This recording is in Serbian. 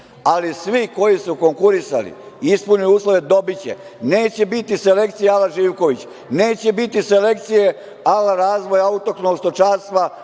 ali svi koji su konkurisali i ispunili uslove dobiće, neće biti selekcije a la Živković, neće biti selekcije a la razvoj autohtonog stočarstva